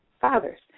fathers